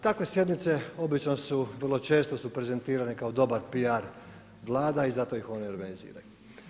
Takve sjednice obično su, vrlo često su prezentirane kao dobar PR vlada i zato ih oni organiziraju.